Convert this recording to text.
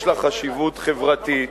יש לה חשיבות חברתית,